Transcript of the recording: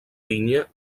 vinya